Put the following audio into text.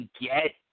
get